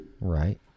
Right